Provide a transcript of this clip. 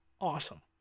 awesome